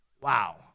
Wow